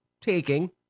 taking